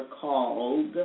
called